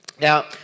now